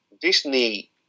Disney